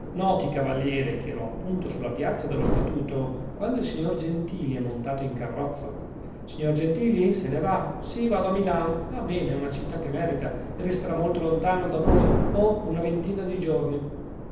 noti cavaliere che ero appunto sulla piazza dello statuto quando il signor gentili è montato in carrozza signor gentili se ne va sì vado a milano ah bene una città che merita e resterà molto lontano da noi oh una ventina di giorni